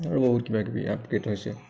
আৰু বহুত কিবাকিবি আপগ্ৰেড হৈছে